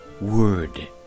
word